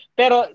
pero